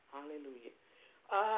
Hallelujah